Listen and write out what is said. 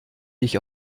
dich